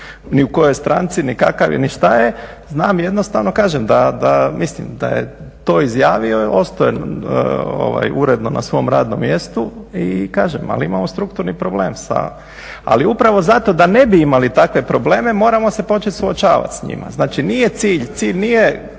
ni u kojoj stranci, ni kakav je, ni šta je. Znam jednostavno kažem, mislim da je to izjavio i ostao je uredno na svom radnom mjestu. I kažem, ali imamo strukturni problem. Ali upravo zato da ne bi imali takve probleme moramo se početi suočavati sa njima. Znači nije cilj, cilj nije